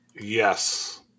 Yes